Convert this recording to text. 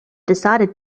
decided